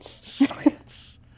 Science